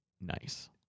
nice